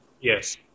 Yes